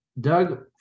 Doug